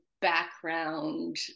background